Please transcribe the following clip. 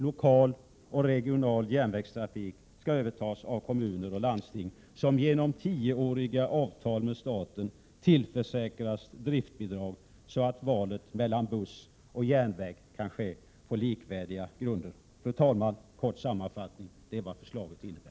Lokal och regional järnvägstrafik skall övertas av kommuner och landsting, som genom tioårsavtal med staten tillförsäkras driftbidrag, så att valet mellan buss och järnväg kan ske på likvärdiga grunder. Fru talman! Kort sammanfattning: Detta är vad förslaget innebär.